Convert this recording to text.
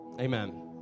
amen